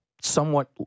somewhat